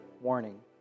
warning